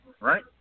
right